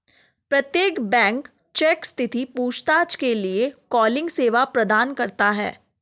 प्रत्येक bank check स्थिति पूछताछ के लिए कॉलिंग सेवा प्रदान करता हैं